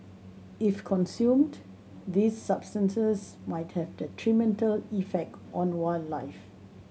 if consumed these substances might have detrimental effect on wildlife